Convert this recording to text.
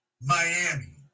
Miami